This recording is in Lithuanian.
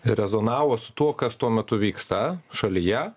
rezonavo su tuo kas tuo metu vyksta šalyje